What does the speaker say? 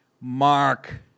Mark